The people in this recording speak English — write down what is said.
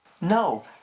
No